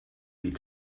die